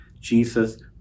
Jesus